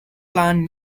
plan